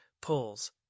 pulls